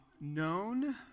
known